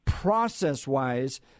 process-wise